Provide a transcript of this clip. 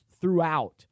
throughout